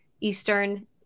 Eastern